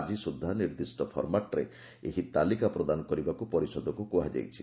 ଆଜି ସୁଦ୍ଧା ନିର୍ଦ୍ଦିଷ୍ ଫର୍ମାଟ୍ରେ ଏହି ତାଲିକା ପ୍ରଦାନ କରିବାକୁ ପରିଷଦକୁ କୁହାଯାଇଛି